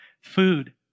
food